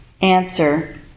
Answer